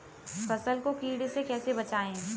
फसल को कीड़े से कैसे बचाएँ?